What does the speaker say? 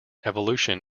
evolution